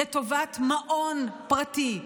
לטובת מעון פרטי,